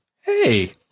Hey